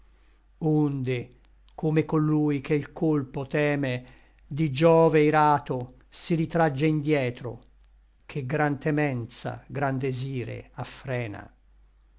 onde come collui che l colpo teme di giove irato si ritragge indietro ché gran temenza gran desire affrena